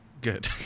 good